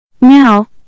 Now